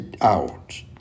out